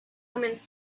omens